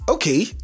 Okay